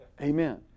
Amen